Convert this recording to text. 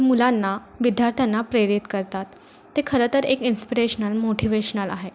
मुलांना विद्यार्थ्यांना प्रेरित करतात ते खरंतर एक इंस्पिरेशनल मोठीवेशनल आहे